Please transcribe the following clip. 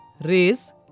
raise